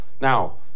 now